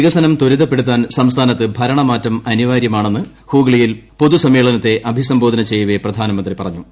വികസനം ത്വരിതപ്പെടുത്താൻ സംസ്ഥാനത്ത് ഭരണമാറ്റം അനിവാര്യമാണെന്ന് ഹുഗ്ലിയിൽ പൊതുസമ്മേളനത്തെ അഭിസംബോധന ചെയ്യവേ പ്രധാനമന്ത്രി പറഞ്ഞു